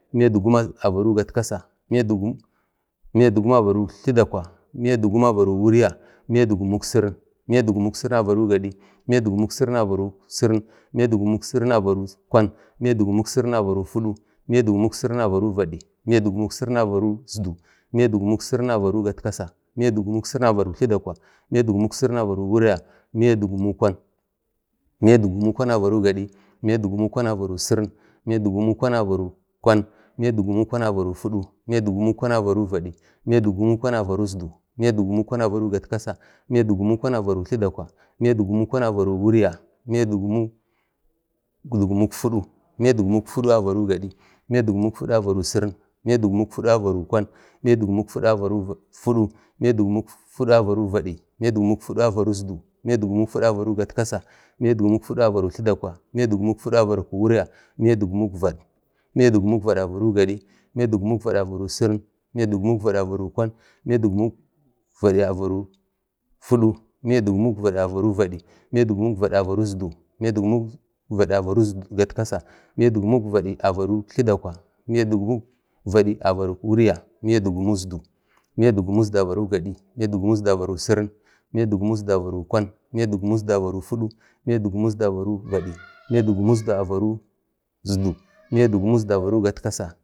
miya dik guma avaro gatkasa, mya dik guma avaro wulya, miya dik gumuk sirin, miya dik gumuk sirin avaro gadi, miya dik gumuk sirin avaro sirin, miya dik gumuk sirin avaro kwan, miya dik gumuk sirin avaro fudu, miya dik gumuk sirin avaro vad, miya dik gumuk sirin avaro isdu, miya dik gumuk sirin avaro gatkasa, miyadik gumuk sirin avaro tladakwa, miya dik gumuk sirin avaro wulya, miya dik gumuk kwan, miya dik gumuk kwan avaro gadi, mya dik gumk kwan avaro sirin, miya dik gumuk kwan avaro kwan, miya dik gumuk kwan avaro fudu, miya dik gumuk kwan vad, miya dik gumuk kwan avaro isdu, miya dik gumuk kwan avaro gatkasa, miya dik gumuk kwan avaro tladakwa miya dik gumuk kwan avaro wulya, miya dik gumuk fudu, miya dik gumuk fuduavaro fadi, mya dik gumuk fudu avaro sirin, miya dik gumuk fudu avaro kwan, miya dik gumuk fudu avaro fudu, miya dik gumuk fudu avaro vad, miya dik gumuk fudu avaro isdu, miya dik gumuk fidu avaro gatkasa, miya dik gumuk fudu avaro tladakwa, miya dik gumuk fudu avaro wulya, miya dik gumuk vad, iya dik gumuk vad avaro gadi, miya dik gumuk vad avaro sirin, miya dik gumuk vad avaro kwan, miya dik gumuk vad avaro fudu, miya dik gumuk vad avaro fudu, miya dik gumuk vad avaro vad, miya dik gumuk vad avaro isdu, miya dik gumuk vad avaro gatkasa, miya dik gumuk vad avaro tladakwa, miya dik gumuk vad avaro wulya, miya dik gumuk isdu, miya dik gumuk isdu avaro gadi, miya dik gumuk isdu avaro sirin, miya dik gumuk isdu avaro kwan, miya dik gumuk isdu avaro fudu, miya dik gumuk isdu avaro vad, miya dik gumuk isdu avaro isdu, miya dik gumuk isdu avaro gatkadsa